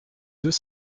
deux